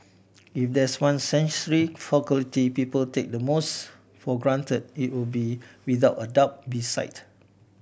if there's one sensory faculty people take the most for granted it would be without a doubt be sight